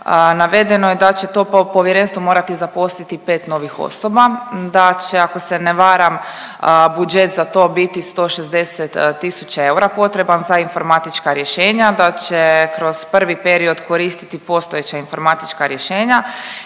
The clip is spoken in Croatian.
navedeno je da će to Povjerenstvo morati zaposliti 5 novih osoba, da će, ako se ne varam, budžet za to biti 160 tisuća eura potreban za informatička rješenja, da će kroz prvi period koristiti postojeća informatička rješenja.